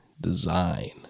Design